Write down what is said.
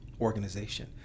organization